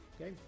Okay